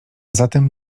zatem